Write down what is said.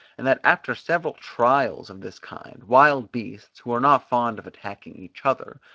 and that after several trials of this kind, wild beasts, who are not fond of attacking each other,